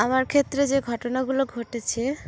আমার ক্ষেত্রে যে ঘটনাগুলো ঘটেছে